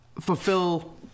fulfill